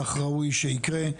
כך ראוי שיקרה.